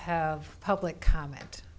have public comment